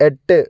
എട്ട്